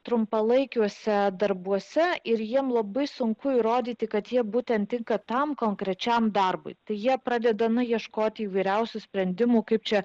trumpalaikiuose darbuose ir jiems labai sunku įrodyti kad jie būtent tinka tam konkrečiam darbui jie pradeda ieškoti įvairiausių sprendimų kaip čia